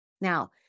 Now